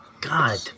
God